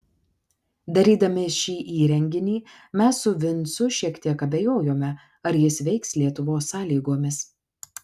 darydami šį įrenginį mes su vincu šiek tiek abejojome ar jis veiks lietuvos sąlygomis